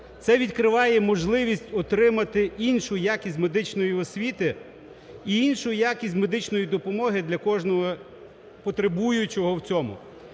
Це відкриває можливість отримати іншу якість медичної освіти і іншу якість медичної допомоги для кожного потребуючого в цьому.